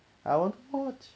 I want to watch